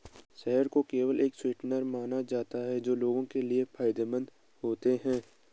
शहद को केवल एक स्वीटनर माना जाता था जो लोगों के लिए फायदेमंद होते हैं